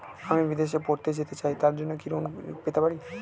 আমি বিদেশে পড়তে যেতে চাই তার জন্য কি কোন ঋণ পেতে পারি?